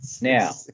now